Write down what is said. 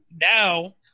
Now